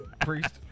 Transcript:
Priest